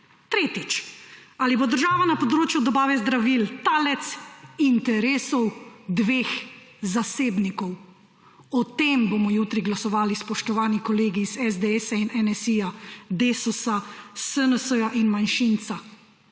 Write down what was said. Tretjič, ali bo država na področju dobave zdravil talec interesov dveh zasebnikov. O tem bomo jutri glasovali, spoštovani kolegi iz SDS in NSi, Desusa, SNS in manjšinca.